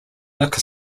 liquor